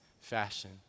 fashion